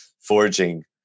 forging